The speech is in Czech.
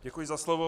Děkuji za slovo.